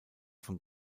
von